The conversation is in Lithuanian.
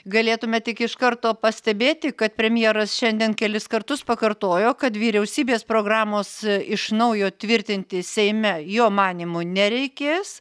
galėtume tik iš karto pastebėti kad premjeras šiandien kelis kartus pakartojo kad vyriausybės programos iš naujo tvirtinti seime jo manymu nereikės